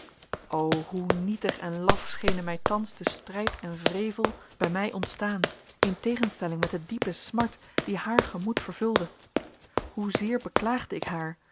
o hoe nietig en laf schenen mij thans de strijd en wrevel bij mij ontstaan in tegenstelling met de diepe smart die haar gemoed vervulde hoezeer beklaagde ik haar